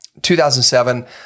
2007